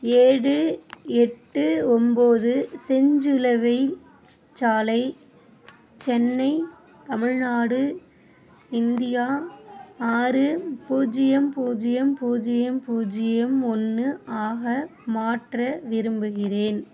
ஏழு எட்டு ஒம்பது செஞ்சிலுவைச் சாலை சென்னை தமிழ்நாடு இந்தியா ஆறு பூஜ்ஜியம் பூஜ்ஜியம் பூஜ்ஜியம் பூஜ்ஜியம் ஒன்று ஆக மாற்ற விரும்புகிறேன்